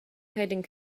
coding